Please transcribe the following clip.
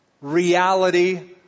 reality